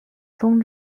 宗旨